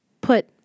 put